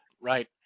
right